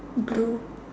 blue